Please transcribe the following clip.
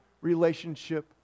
relationship